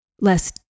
less